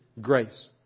grace